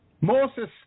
Moses